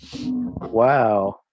Wow